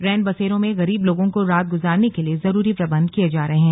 रैनबसेरों में गरीब लोगों को रात गुजारने के लिए जरूरी प्रबंध किये जा रहे हैं